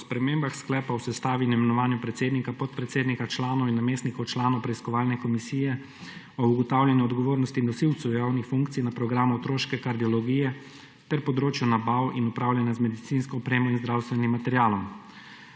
o spremembah sklepa o sestavi in imenovanju predsednika, podpredsednika, članov in namestnikov članov preiskovalne komisije o ugotavljanju odgovornosti nosilcev javnih funkcij na programu otroške kardiologije ter področju nabav in upravljanja z medicinsko opremo in zdravstvenim materialom.